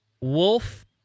Wolf